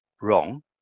wrong